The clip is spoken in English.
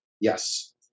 Yes